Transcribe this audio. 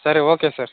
ಸರಿ okay sir